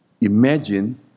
imagine